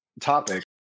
topic